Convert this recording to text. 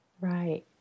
Right